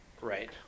Right